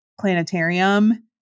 planetarium